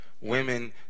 women